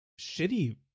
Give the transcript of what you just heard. shitty